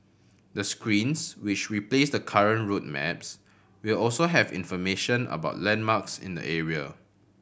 the screens which replace the current route maps will also have information about landmarks in the area